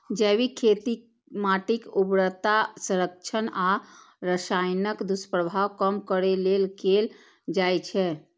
जैविक खेती माटिक उर्वरता संरक्षण आ रसायनक दुष्प्रभाव कम करै लेल कैल जाइ छै